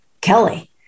Kelly